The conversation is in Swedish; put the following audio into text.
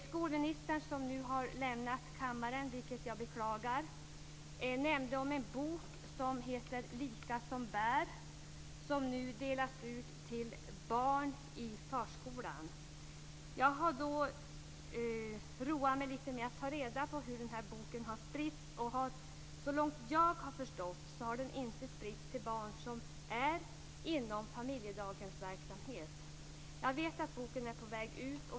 Skolministern - som nu har lämnat kammaren, vilket jag beklagar - nämnde en bok som heter Lika som bär som nu delas ut till barn i förskolan. Jag har roat mig lite med att ta reda på hur boken har spritts. Såvitt jag har förstått har den inte spritts till barn som är inom familjedaghemsverksamhet. Jag vet att boken är på väg ut.